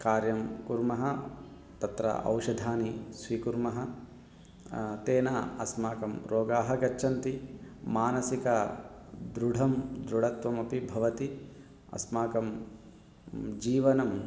कार्यं कुर्मः तत्र औषधानि स्वीकुर्मः तेन अस्माकं रोगाः गच्छन्ति मानसिकदृढं दृढत्वमपि भवति अस्माकं जीवनम्